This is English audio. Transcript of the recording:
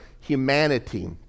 humanity